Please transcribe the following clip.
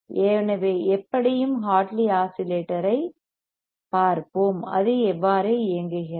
எனவே எப்படியும் ஹார்ட்லி ஆஸிலேட்டரைப் பார்ப்போம் அது எவ்வாறு இயங்குகிறது